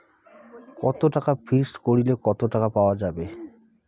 কত টাকা ফিক্সড করিলে কত টাকা পাওয়া যাবে?